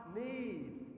need